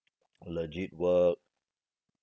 legit work